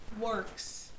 works